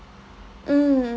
mm